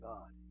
God